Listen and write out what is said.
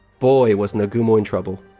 boy, was nagumo in trouble.